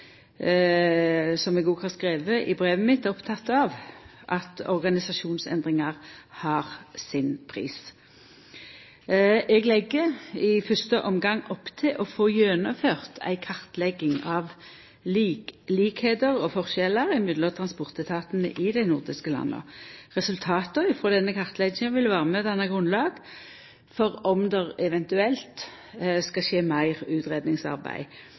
som eg òg har skrive i brevet mitt, er oppteken av at organisasjonsendringar har sin pris. Eg legg i fyrste omgang opp til å få gjennomført ei kartlegging av likskap og forskjell mellom transportetatane i dei nordiske landa. Resultata frå denne kartlegginga vil vera med på å leggja grunnlag for om det eventuelt skal skje meir